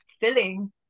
filling